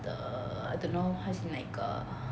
the I don't know 她她是哪一个